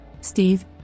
Steve